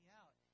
out